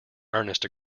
ernest